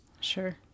Sure